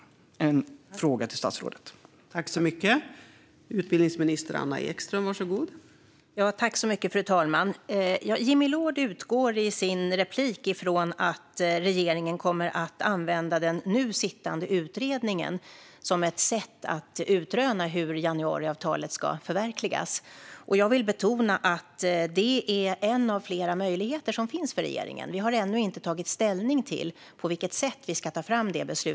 Det är min fråga till statsrådet.